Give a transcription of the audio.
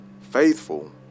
faithful